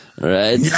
Right